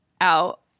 out